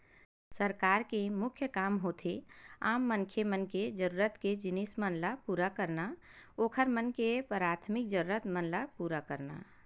सरकार के मुख्य काम होथे आम मनखे मन के जरुरत के जिनिस मन ल पुरा करना, ओखर मन के पराथमिक जरुरत मन ल पुरा करना